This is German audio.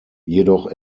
jedoch